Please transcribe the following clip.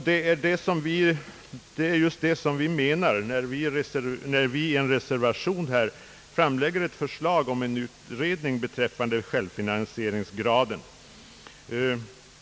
Detta är också anledningen till att vi i en reservation föreslår utredning beträffande självfinansieringsgraden.